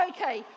Okay